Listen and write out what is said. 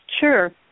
Sure